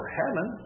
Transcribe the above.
heaven